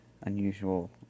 unusual